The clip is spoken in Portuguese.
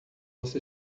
você